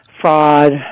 fraud